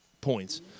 points